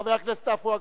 חבר הכנסת עפו אגבאריה.